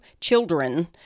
children